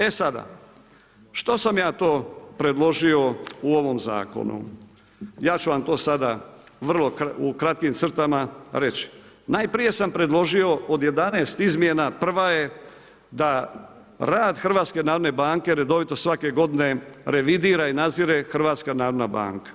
E sada što sam ja to predložio u ovom zakonu, ja ću vam to sada u vrlo kratkim crtama reći, najprije sam predložio od 11 izmjena, prva je da rad HNB redovito svake godine revidira i nadzire HNB.